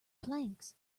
planks